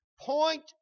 point